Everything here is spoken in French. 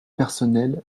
personnel